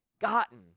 gotten